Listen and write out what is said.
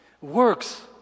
Works